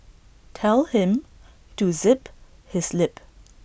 tell him to zip his lip